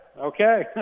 Okay